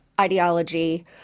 ideology